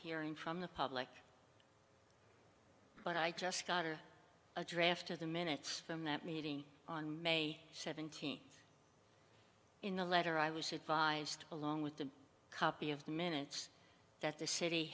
hearing from the public but i just got her a draft of the minutes from that meeting on may seventeenth in the letter i was advised along with the copy of the minutes that the city